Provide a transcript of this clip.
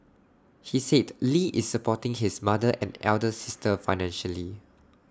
he said lee is supporting his mother and elder sister financially